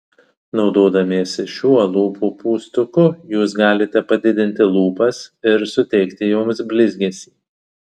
naudodamiesi šiuo lūpų pūstuku jūs galite padidinti lūpas ir suteikti joms blizgesį